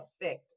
effect